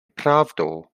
pravdou